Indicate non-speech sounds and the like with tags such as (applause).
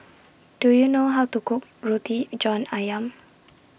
(noise) Do YOU know How to Cook Roti John Ayam